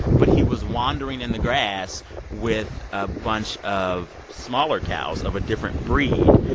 but he was wandering in the grass with a bunch of smaller cows of a different breed.